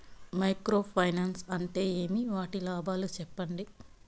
Micro finance అంటే ఏమి? వాటి లాభాలు సెప్పండి?